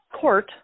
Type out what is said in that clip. court